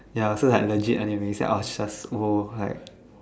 ya so like legit onion rings I was just !whoa! like